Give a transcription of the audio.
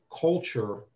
culture